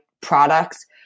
products